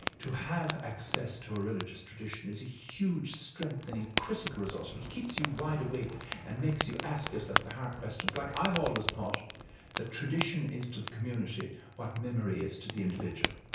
to have access to a religious tradition is a huge, strengthening, critical resource, which keeps you wide awake and makes you ask yourself the hard questions like i've always thought that tradition is to the community what memory is to the individual.